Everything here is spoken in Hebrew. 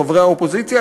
חברי האופוזיציה,